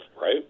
right